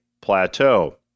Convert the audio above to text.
plateau